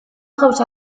gauza